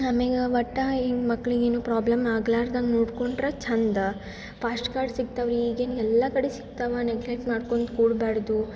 ಆಮೇಗೆ ಒಟ್ಟ ಹಿಂಗೆ ಮಕ್ಕಳಿಗ್ ಏನು ಪ್ರಾಬ್ಲಮ್ ಆಗ್ಲಾರ್ದಂಗ ನೋಡ್ಕೊಂಡ್ರೆ ಚಂದ ಫಾಸ್ಟ್ ಕಾರ್ಡ್ ಸಿಗ್ತಾವ ರೀ ಈಗೇನು ಎಲ್ಲ ಕಡೆ ಸಿಗ್ತವೆ ನೆಗ್ಲೆಟ್ ಮಾಡ್ಕೊಂಡು ಕೂಡಬ್ಯಾಡ್ದು